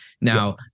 Now